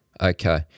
Okay